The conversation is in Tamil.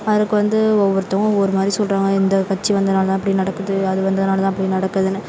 அதுக்கு வந்து ஒவ்வொருத்தவங்க ஒவ்வொரு மாதிரி சொல்கிறாங்க இந்த கட்சி வந்ததினாலதான் இப்படி நடக்குது அது வந்ததினாலதான் இப்படி நடக்குதுன்னு